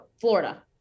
Florida